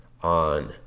on